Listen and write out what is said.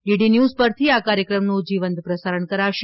DD news પરથી આ કાર્યક્રમનું જીવંત પ્રસારણ કરાશે